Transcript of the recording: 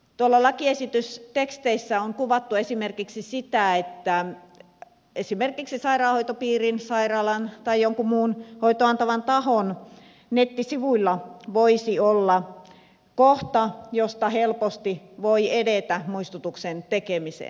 tuolla lakiesitysteksteissä on kuvattu sitä että esimerkiksi sairaanhoitopiirin sairaalan tai jonkin muun hoitoa antavan tahon nettisivuilla voisi olla kohta josta helposti voi edetä muistutuksen tekemiseen